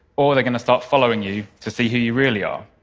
or they're going to start following you to see who you really are.